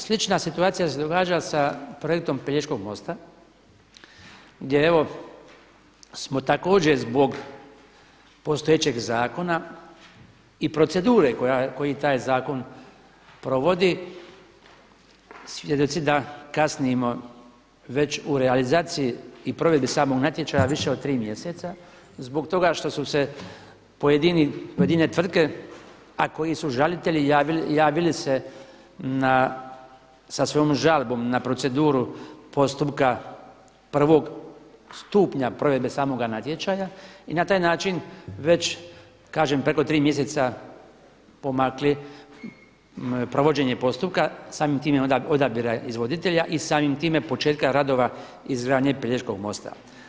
Slična situacija se događa s projektom pelješkog mosta gdje evo smo također zbog postojećeg zakona i procedure koju taj zakon provodi svjedoci da kasnimo već u realizaciji i provedbi samog natječaja više od 3 mjeseca zbog toga što su se pojedine tvrtke, a koji su žalitelji javili se sa svojom žalbom na proceduru postupka prvog stupnja provedbe samoga natječaja, i na taj način već kažem preko 3 mjeseca pomakli provođenje postupka, samim time odabira izvoditelja i samim time početka radova izranjanja Pelješkog mosta.